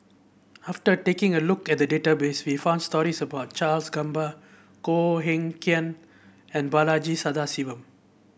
after taking a look at the database we found stories about Charles Gamba Koh Eng Kian and Balaji Sadasivan